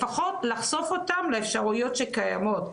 לפחות לחשוף אותם לאפשריות שקיימות,